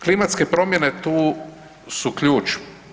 Klimatske promjene tu su ključ.